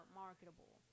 marketable